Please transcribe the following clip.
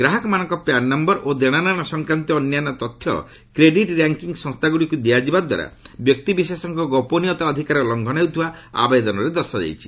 ଗ୍ରାହକମାନଙ୍କ PAN number ଓ ଦେଶନେଶ ସଂକ୍ରାନ୍ତୀୟ ଅନ୍ୟାନ୍ୟ ତଥ୍ୟ କ୍ରେଡିଟ୍ ର୍ୟାଙ୍କିଙ୍ଗ୍ ସଂସ୍ଥାଗୁଡ଼ିକୁ ଦିଆଯିବା ଦ୍ୱାରା ବ୍ୟକ୍ତିବିଶେଷଙ୍କ ଗୋପନୀୟତା ଅଧିକାର ଲଂଘନ ହେଉଥିବା ଆବେଦନରେ ଦର୍ଶାଯାଇଛି